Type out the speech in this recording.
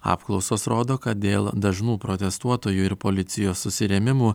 apklausos rodo kad dėl dažnų protestuotojų ir policijos susirėmimų